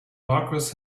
markers